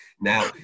now